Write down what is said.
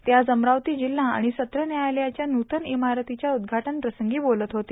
ते आज अमरावती जिल्हा आणि सत्र न्यायालयाच्या न्रतन इमारतीच्या उद्घाटनप्रसंगी बोलत होते